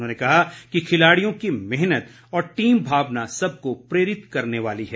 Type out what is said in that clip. उन्होंने कहा कि खिलाडियों की मेहनत और टीम भावना सबको प्रेरित करने वाली है